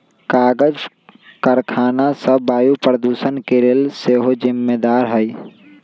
कागज करखना सभ वायु प्रदूषण के लेल सेहो जिम्मेदार हइ